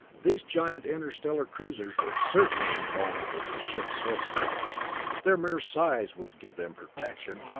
these giant interstellar cruisers were certainly invulnerable to ships so small their mere size would give them protection!